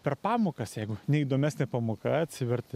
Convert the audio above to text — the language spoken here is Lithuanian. per pamokas jeigu neįdomesnė pamoka atsiverti